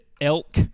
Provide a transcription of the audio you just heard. elk